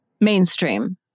mainstream